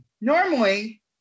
Normally